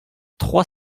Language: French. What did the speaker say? trois